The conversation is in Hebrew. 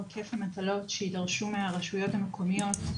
היקף המטלות שיידרשו מהרשויות המקומיות.